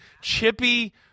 Chippy